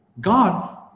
God